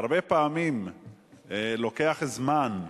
והרבה פעמים לוקח זמן,